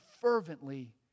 fervently